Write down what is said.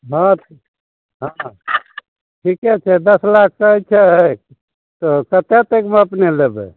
हँ हँ ठीके छै दश लाख कहै छै तऽ कते तकमे अपने लेबै